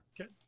Okay